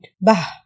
Bah